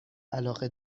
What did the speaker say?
علاقه